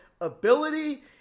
ability